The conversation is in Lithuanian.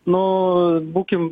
nu būkim